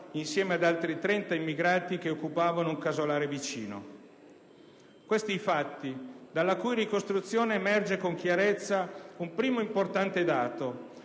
insieme ad altri 30 immigrati che occupavano un casolare vicino. Questi i fatti, dalla cui ricostruzione emerge con chiarezza un primo importante dato: